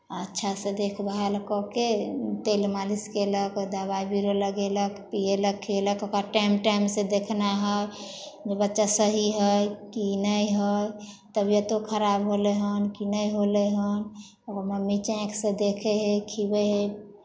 अच्छासँ देखभाल कऽ कऽ तेल मालिश कयलक दबाइ बीरो लगयलक पिएलक खिएलक ओकरा टाइम टाइमसँ देखनहक जे बच्चा सही हइ की नहि हइ तबियतो खराब होलै हन कि नहि होलै हन ओकर मम्मी चाँकिसँ देखै हइ खिअबै हइ